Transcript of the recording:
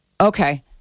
Okay